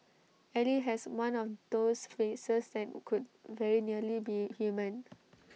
ally has one of those faces that could very nearly be human